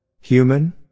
Human